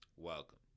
welcome